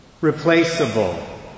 replaceable